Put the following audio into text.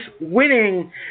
winning